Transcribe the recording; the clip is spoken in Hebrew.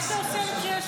מה אתה עושה בקריאה